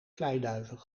kleiduiven